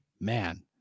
man